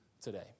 today